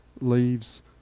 leaves